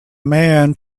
man